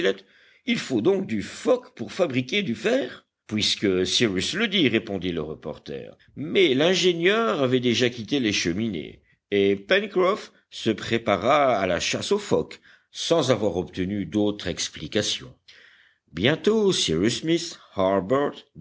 il faut donc du phoque pour fabriquer du fer puisque cyrus le dit répondit le reporter mais l'ingénieur avait déjà quitté les cheminées et pencroff se prépara à la chasse aux phoques sans avoir obtenu d'autre explication bientôt